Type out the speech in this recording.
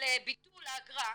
לביטול האגרה,